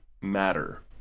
matter